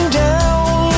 down